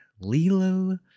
lilo